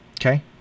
Okay